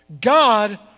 God